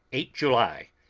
eight july.